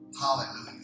Hallelujah